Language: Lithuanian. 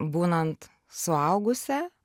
būnant suaugusia